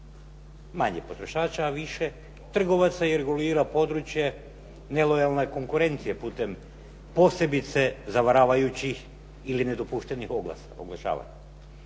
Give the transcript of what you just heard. Manje potrošača a više trgovaca i regulira područje nelojalne konkurencije putem posebice zavaravajućih ili nedopuštenih oglasa,